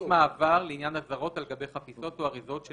מעבר לעניין אזהרות על גבי חפיסות או אריזות של